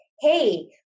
hey